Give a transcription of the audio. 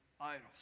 idols